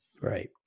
Right